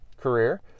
Career